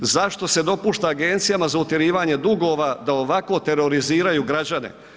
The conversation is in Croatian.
Zašto se dopušta Agencijama za utjerivanje dugova da ovako teroriziraju građane?